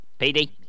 PD